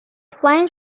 fines